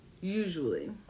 usually